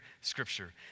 scripture